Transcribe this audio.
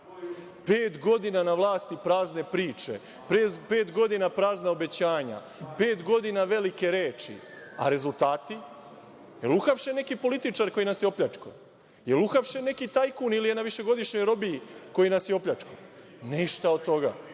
godina vlasti prazne priče, pet godina prazna obećanja, pet godina velike reči. A rezultati? Da li je uhapšen neki političar koji nas je opljačkao. Da li je uhapšen neki tajkun ili je na višegodišnjoj robiji koji nas je opljačkao? Ništa od toga,